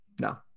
No